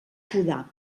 podar